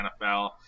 NFL